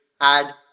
add